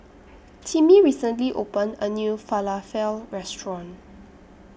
Timmie recently opened A New Falafel Restaurant